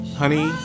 honey